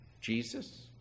Jesus